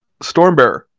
Stormbearer